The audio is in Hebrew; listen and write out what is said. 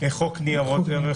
בחוק נירות ערך,